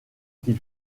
qu’il